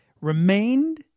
remained